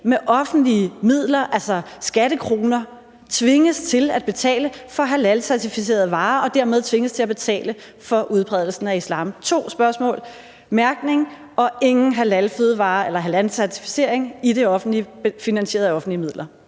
med offentlige midler, altså skattekroner, tvinges til at betale for halalcertificerede varer og dermed tvinges til at betale for udbredelsen af islam? To spørgsmål: Mærkning og ingen halalfødevarer eller halalcertificering i det offentlige finansieret af offentlige midler.